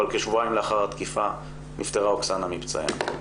אבל כשבועיים לאחר התקיפה נפטרה אוקסנה מפצעיה.